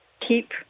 keep